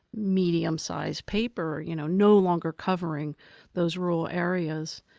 medium-sized paper, you know no longer covering those rural areas.